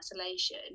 isolation